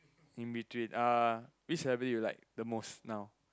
in between uh which celebrity you like the most now